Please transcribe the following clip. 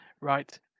Right